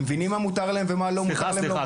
הם מבינים מה מותר להם ומה לא מותר להם לומר,